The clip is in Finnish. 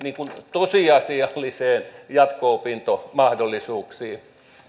tosiasiallisiin jatko opintomahdollisuuksiin